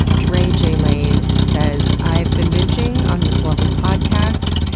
dray j. lane says i've been bingeing on this lovely podcast.